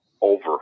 over